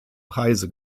preise